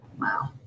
wow